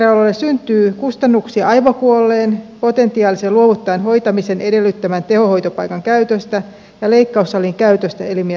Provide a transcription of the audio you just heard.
luovuttajasairaaloille syntyy kustannuksia aivokuolleen potentiaalisen luovuttajan hoitamisen edellyttämän tehohoitopaikan käytöstä ja leikkaussalin käytöstä elimiä irrotettaessa